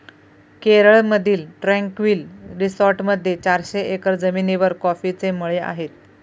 केरळमधील ट्रँक्विल रिसॉर्टमध्ये चारशे एकर जमिनीवर कॉफीचे मळे आहेत